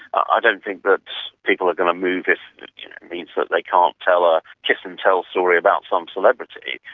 ah don't think that people are going to move if, you know, it means that they can't tell a kiss-and-tell story about some celebrity.